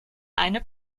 eine